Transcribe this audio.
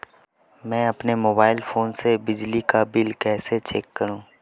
मैं अपने mobile phone से बिजली का बिल कैसे चेक करूं?